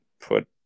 put